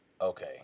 Okay